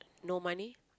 no money